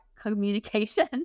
communication